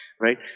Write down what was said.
right